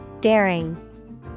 Daring